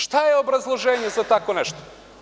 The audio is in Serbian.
Šta je obrazloženje za tako nešto?